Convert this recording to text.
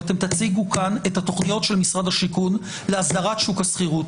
ואתם תציגו כאן את התכניות של משרד השיכון להסדרת שוק השכירות.